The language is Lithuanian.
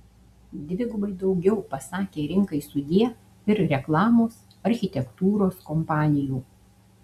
dvigubai daugiau pasakė rinkai sudie ir reklamos architektūros kompanijų